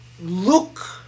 look